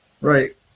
Right